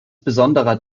besonderer